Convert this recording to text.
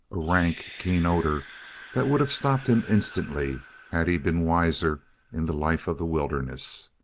a rank, keen odor that would have stopped him instantly had he been wiser in the life of the wilderness.